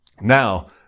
Now